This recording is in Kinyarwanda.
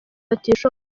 batishoboye